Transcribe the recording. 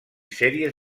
sèries